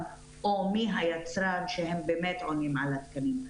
או מי היצרן שהם באמת עונים על התקנים,